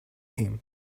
him